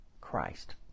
Christ